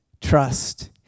trust